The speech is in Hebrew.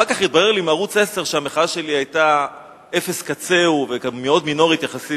אחר כך התברר לי מערוץ-10 שהמחאה שלי היתה אפס קצהו וגם מינורית יחסית